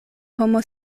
homo